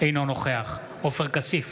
אינו נוכח עופר כסיף,